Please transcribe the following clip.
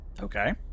Okay